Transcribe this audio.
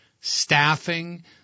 staffing